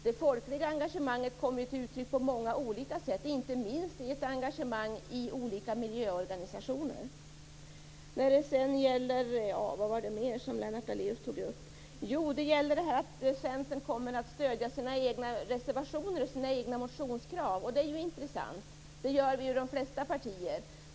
Det folkliga engagemanget kommer till uttryck på många olika sätt, inte minst i ett engagemang i olika miljöorganisationer. Det är intressant att Lennart Daléus säger att Centern kommer att stödja sina egna reservationer och motioner. Det gör de flesta partier.